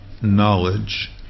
knowledge